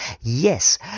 Yes